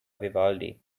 vivaldi